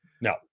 No